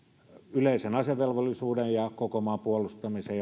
yleisen asevelvollisuuden ja koko maan puolustamisen